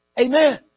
Amen